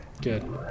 good